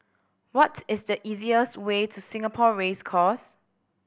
what is the easiest way to Singapore Race Course